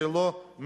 והיא לא מנויה,